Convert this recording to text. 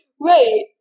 right